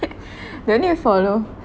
they only follow